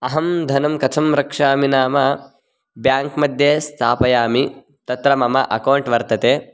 अहं धनं कथं रक्षामि नाम ब्याङ्क् मध्ये स्थापयामि तत्र मम अकौण्ट् वर्तते